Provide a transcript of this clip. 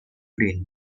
green